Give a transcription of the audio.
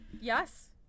yes